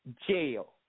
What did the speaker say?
jail